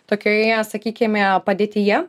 tokioje sakykime padėtyje